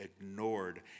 ignored